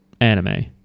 anime